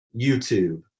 YouTube